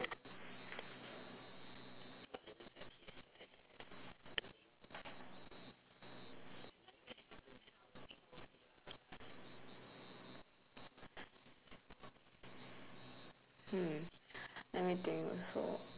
mm let me think so